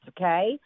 okay